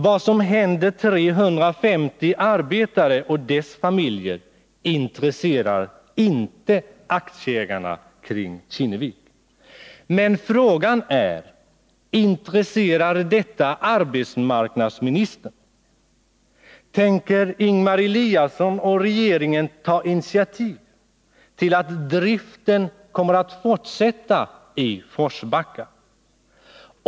Vad som händer 350 arbetare och deras familjer intresserar inte aktieägarna kring Kinnevik. Forsbacka?